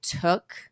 took